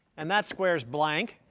and that square is blank,